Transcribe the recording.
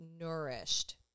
nourished